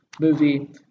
movie